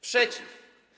Przeciw.